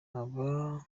aba